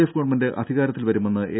F government അധികാരത്തിൽ വരുമെന്ന് A